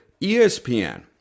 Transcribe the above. ESPN